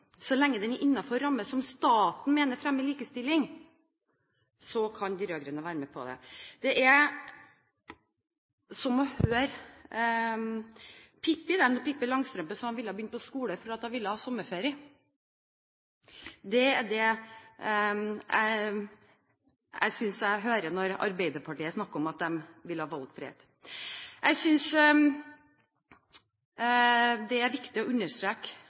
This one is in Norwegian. så lenge den er innenfor en ramme som staten mener fremmer likestilling. Da kan de rød-grønne være med på det. Det er som å høre Pippi Langstrømpe når hun sier at hun ville begynne på skolen fordi hun vil ha sommerferie. Det er det jeg synes jeg hører når Arbeiderpartiet snakker om at de vil ha valgfrihet. Jeg synes det er viktig å understreke